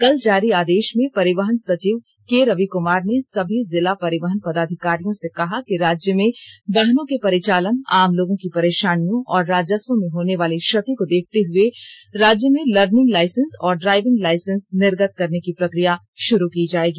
कल जारी आदेश में परिवहन सचिव के रवि कुमार ने सभी जिला परिवहन पदाधिकारियों से कहा कि राज्य में वाहनों के परिचालन आम लोगों की परेशानियों और राजस्व में होने वाली क्षति को देखते हुए राज्य में लर्निंग लाइसेंस और ड्राइविंग लाइसेंस निर्गत करने की प्रक्रिया शुरू की जाएगी